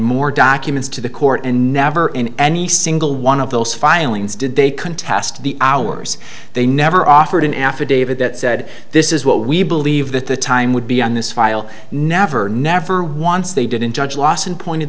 more documents to the court and never in any single one of those filings did they can task the hours they never offered an affidavit that said this is what we believe that the time would be on this file never never once they did in judge lawson pointed